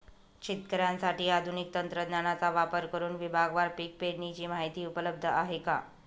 शेतकऱ्यांसाठी आधुनिक तंत्रज्ञानाचा वापर करुन विभागवार पीक पेरणीची माहिती उपलब्ध आहे का?